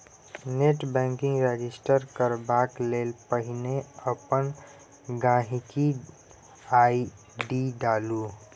net banking register करबाक लेल पहिने अपन गांहिकी आइ.डी डालु